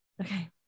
Okay